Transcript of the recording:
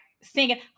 singing